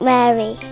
Mary